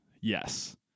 Yes